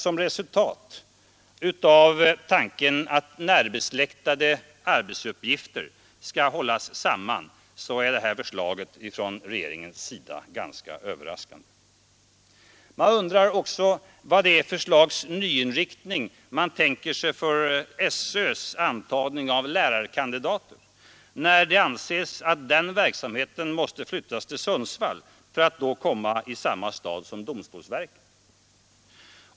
Som resultat av tanken att närbesläktade arbetsuppgifter skall hållas samman är det här förslaget från regeringen ganska överraskande. Man undrar också vad det är för slags nyinriktning regeringen tänker sig för SÖs antagning av lärarkandidater, när det anses att den verksamheten måste flyttas till Sundsvall för att då hamna i samma stad som domstolsverket.